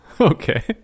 Okay